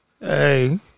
Hey